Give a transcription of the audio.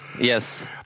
yes